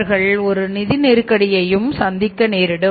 அவர்கள் ஒரு நிதி நெருக்கடியை சந்திக்க நேரிடும்